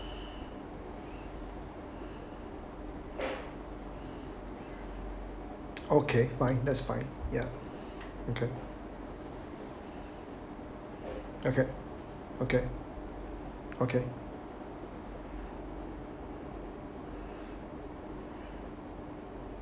okay fine that's fine ya okay okay okay okay